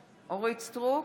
סטרוק,